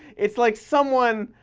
it's like someone,